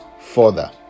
further